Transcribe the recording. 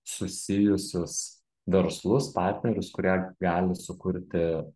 susijusius verslus partnerius kurie gali sukurti